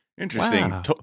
Interesting